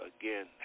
again